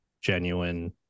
genuine